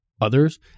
others